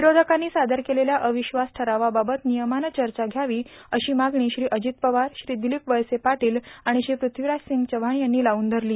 विरोधकांनी सादर केलेल्या अविश्वास ठरावाबाबत नियमाने चर्चा घ्यावी अशी मागणी श्री अजित पवार श्री दिलीप वळसे पाटील आणि श्री पृथ्वीराज चव्हाण यांनी लावून धरली